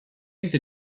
inte